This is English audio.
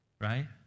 Right